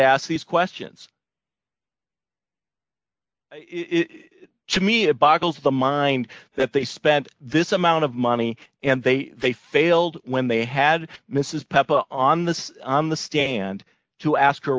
ask these questions it to me it boggles the mind that they spent this amount of money and they they failed when they had mrs pepper on this on the stand to ask her